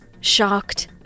shocked